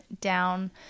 down